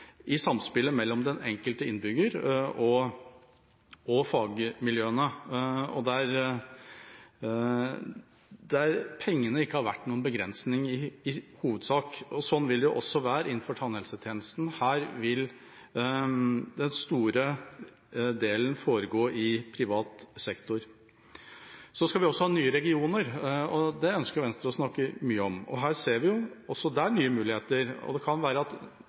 samspillet mellom den enkelte innbygger og fagmiljøene, der pengene ikke har vært noen begrensning, i hovedsak. Sånn vil det også være innenfor tannhelsetjenesten. Her vil den store delen foregå i privat sektor. Vi skal også ha nye regioner, og det ønsker Venstre å snakke mye om. Også der ser vi nye muligheter, og det kan være at